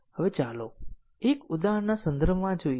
હવે ચાલો આ જોઈએ